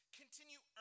continue